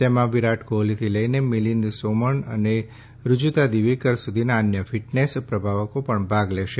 તેમાં વિરાટ કોહલીથી લઈને મિલિંદ સોમણ અને રૂજુતા દિવેકર સુધીના અન્ય ફિટનેસ પ્રભાવકો પણ ભાગ લેશે